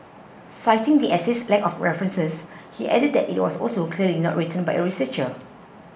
citing the essay's lack of references he added that it was also clearly not written by a researcher